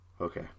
Okay